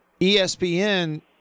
ESPN